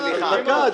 סליחה.